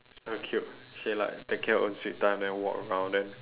so cute she like taking her own sweet time then walk around then